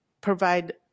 provide